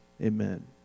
Amen